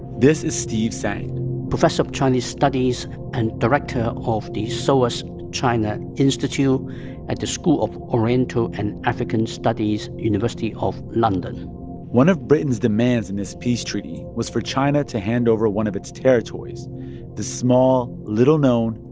this is steve tsang professor of chinese studies and director of the soas china institute at the school of oriental and african studies university of london one of britain's demands in this peace treaty was for china to hand over one of its territories the small, little-known,